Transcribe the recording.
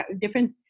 different